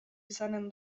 izanen